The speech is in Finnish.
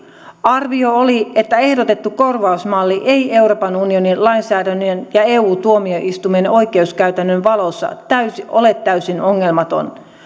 arvio oli että ehdotettu korvausmalli ei euroopan unionin lainsäädännön ja eu tuomioistuimen oikeuskäytännön valossa ole täysin ongelmaton